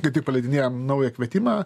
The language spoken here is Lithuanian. kaip tik paleidinėjam naują kvietimą